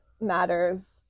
matters